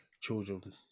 children